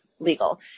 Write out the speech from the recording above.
legal